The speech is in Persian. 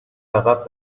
عقب